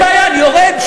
אין בעיה, אני יורד.